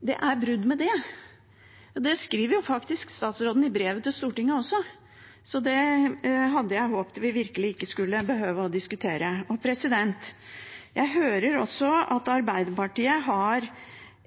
det. Det skriver faktisk statsråden i brev til Stortinget. Det hadde jeg håpet vi virkelig ikke skulle behøve å diskutere. Jeg hører også at Arbeiderpartiet har